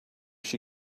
she